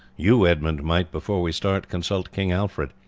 you, edmund, might, before we start, consult king alfred.